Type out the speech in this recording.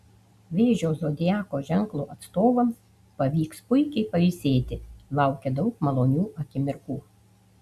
vėžio zodiako ženklo atstovams pavyks puikiai pailsėti laukia daug malonių akimirkų